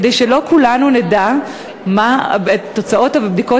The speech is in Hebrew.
כדי שלא כולנו נדע מה תוצאות הבדיקות